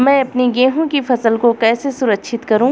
मैं अपनी गेहूँ की फसल को कैसे सुरक्षित करूँ?